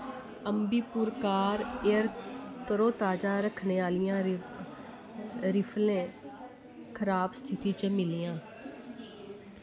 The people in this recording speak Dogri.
अम्बीपुर कार एयर तरोताजा रक्खने आह्लियां रिफलें खराब स्थिति च मिलिआं